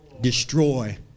Destroy